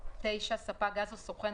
ספק גז או סוכן,